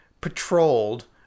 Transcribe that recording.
patrolled